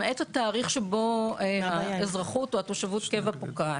למעט התאריך שבו האזרחות או תושבות הקבע פוקעת.